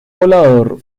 volador